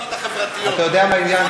ממש